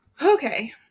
Okay